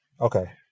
Okay